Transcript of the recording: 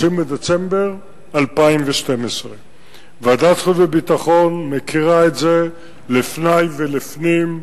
בדצמבר 2012. ועדת החוץ והביטחון מכירה את זה לפני ולפנים.